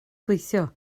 gweithio